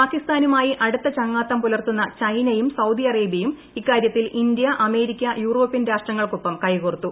പാകിസ്ഥാനുമായി അടുത്ത ചങ്ങാത്തം പുലർത്തുന്ന ചൈനയും സൌദി അറേബ്യയും ഇക്കാര്യത്തിൽ ഇന്ത്യ അമേരിക്ക യൂറോപ്യൻ രാഷ്ട്രങ്ങൾ കൈകോർത്തു